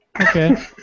Okay